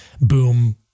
boom